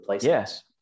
Yes